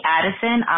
Addison